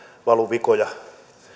valuvikoja